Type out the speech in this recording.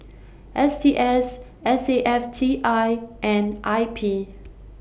S T S S A F T I and I P